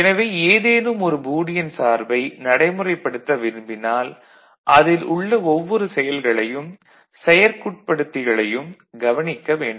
எனவே ஏதேனும் ஒரு பூலியன் சார்பை நடைமுறைப்படுத்த விரும்பினால் அதில் உள்ள ஒவ்வொரு செயல்களையும் செயற்குட்படுத்திகளையும் கவனிக்க வேண்டும்